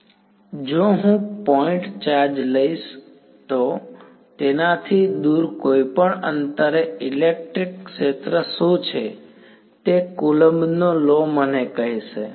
વિદ્યાર્થી જો હું પોઈન્ટ ચાર્જ લઈશ તો તેનાથી દૂર કોઈ પણ અંતરે ઇલેક્ટ્રિક ક્ષેત્ર શું છે તે કુલમ્બ નો લૉ મને કહે છે